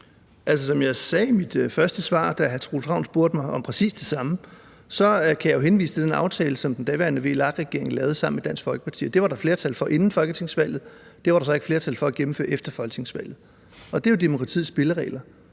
Som jeg sagde i mit første svar, da hr. Troels Ravn spurgte mig om præcis det samme, så kan jeg jo henvise til den aftale, som den daværende VLAK-regering lavede sammen med Dansk Folkeparti, og det var der flertal for inden folketingsvalget. Der var så ikke flertal for at gennemføre det efter folketingsvalget, og det er jo demokratiets spilleregler.